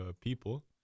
people